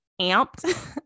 amped